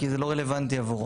כי זה לא רלוונטי עבורו.